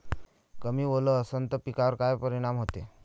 कमी ओल असनं त पिकावर काय परिनाम होते?